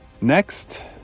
Next